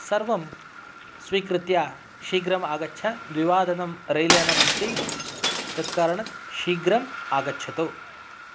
सर्वं स्वीकृत्य शीघ्रम् आगच्छ द्विवादनं रेल् यानम् अस्ति तत्कारणात् शीघ्रम् आगच्छतु